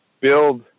build